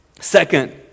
Second